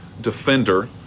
defender